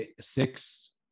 six